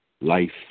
Life